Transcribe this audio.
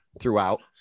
throughout